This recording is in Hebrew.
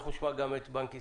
אנחנו נשמע גם את בנק ישראל,